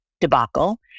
debacle